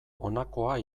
honakoa